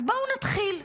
אז בואו נתחיל.